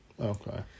Okay